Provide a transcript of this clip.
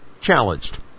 challenged